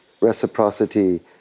reciprocity